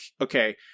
okay